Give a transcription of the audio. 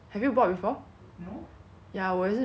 buy five get wha~ five free is like basically